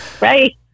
Right